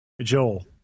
Joel